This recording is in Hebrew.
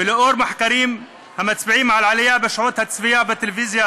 ועל סמך מחקרים המצביעים על עלייה בשעות הצפייה בטלוויזיה